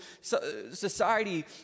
society